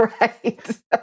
Right